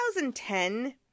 2010